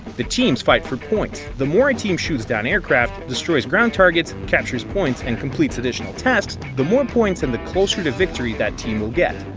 the teams fight for points the more a team shoots down aircraft, destroys ground targets, captures points and complete additional tasks the more points and the closer to victory that team will get.